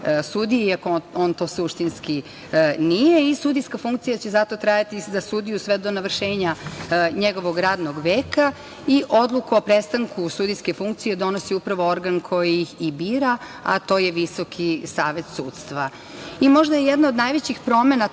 iako on to suštinski nije i sudijska funkcija će zato trajati za sudiju sve do navršenja njegovog radnog veka i odluku o prestanku sudijske funkcije donosi upravo organ koji ih i bira, a to je VSS.Možda je jedna od najvećih promena